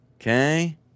Okay